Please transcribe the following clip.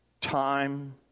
time